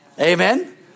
amen